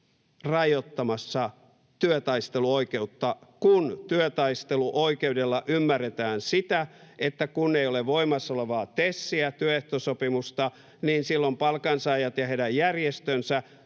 rajoittamassa työtaisteluoikeutta, kun työtaisteluoikeudella ymmärretään sitä, että kun ei ole voimassa olevaa TESiä, työehtosopimusta, niin silloin palkansaajat ja heidän järjestönsä